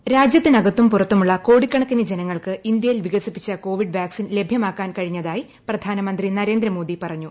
voice രാജൃത്തിനകത്തും പുറത്തുമുള്ള കോടിക്കണക്കിന് ജനങ്ങൾക്ക് ഇന്ത്യയിൽ വികസിപ്പിച്ച കോവിഡ് വാക്സിൻ ലഭ്യമാക്കാൻ കഴിഞ്ഞതായി പ്രധാനമന്ത്രി പറഞ്ഞു